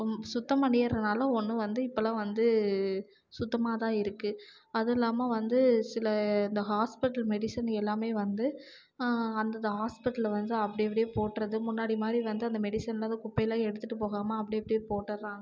சுத்தம் பண்ணிடறனால ஒன்றும் வந்து இப்போல்லாம் வந்து சுத்தமாக தான் இருக்குது அதுவும் இல்லாமல் வந்து சில இந்த ஹாஸ்பிட்டல் மெடிசன் எல்லாமே வந்து அந்தந்த ஹாஸ்பிட்டலில் வந்து அப்படி அப்படியே போடுறது முன்னாடி மாதிரி வந்து அந்த மெடிசன்லாம் அந்த குப்பையில் எடுத்துகிட்டு போகாமல் அப்படி அப்படியே போட்டுட்றாங்க